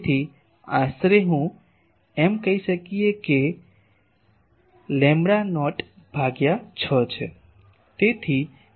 તેથી આશરે હું એમ કહી શકુ કે લેમ્બડા નોટ ભાગ્યા 6 છે